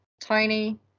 Tiny